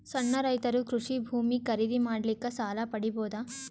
ಸಣ್ಣ ರೈತರು ಕೃಷಿ ಭೂಮಿ ಖರೀದಿ ಮಾಡ್ಲಿಕ್ಕ ಸಾಲ ಪಡಿಬೋದ?